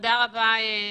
תודה לנעם